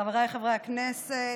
חבריי חברי הכנסת,